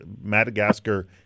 Madagascar